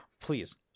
please